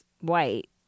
white